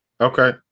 Okay